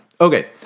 Okay